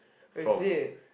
is it